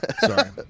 sorry